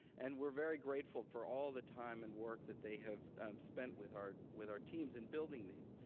and we're very grateful for all the time and work that they have spent with our with our teams in building these.